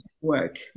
work